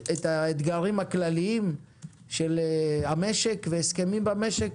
את האתגרים הכלליים של המשק והסכמים במשק